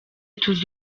tuzi